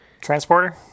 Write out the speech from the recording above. Transporter